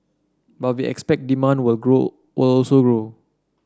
but we expect demand will grow will also grow